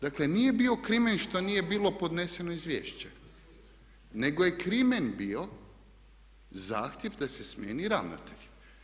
Dakle, nije bio crimen što nije bilo podneseno izvješće, nego je crimen bio zahtjev da se smijeni ravnatelj.